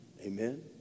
Amen